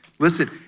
Listen